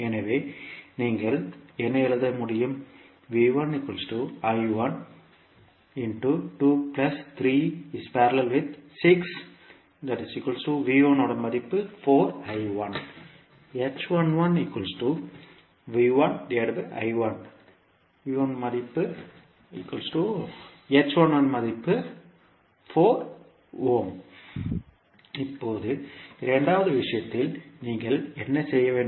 எனவே நீங்கள் என்ன எழுத முடியும் இப்போது இரண்டாவது விஷயத்தில் நீங்கள் என்ன செய்ய வேண்டும்